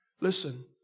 Listen